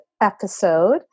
episode